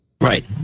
Right